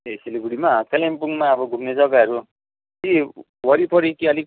ए सिलगढीमा कालिम्पोङमा अब घुम्ने जग्गाहरू ती वरिपरि कि अलिक